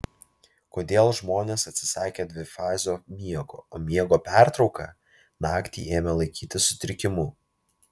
kodėl žmonės atsisakė dvifazio miego o miego pertrauką naktį ėmė laikyti sutrikimu